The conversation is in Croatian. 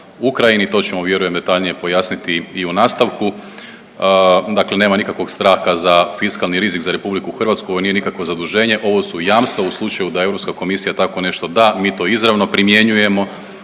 Ukrajini, to ćemo vjerujem detaljnije pojasniti i u nastavku. Dakle, nema nikakvog straha za fiskalni rizik za RH, ovo nije nikakvo zaduženje ovo su jamstva u slučaju da Europska komisija tako nešto da, mi to izravno primjenjujemo